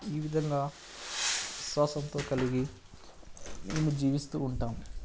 ఈ విధంగా విశ్వాసంతో కలిగి మేము జీవిస్తు ఉంటాం